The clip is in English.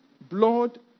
Blood